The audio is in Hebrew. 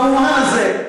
והוא עונה על זה,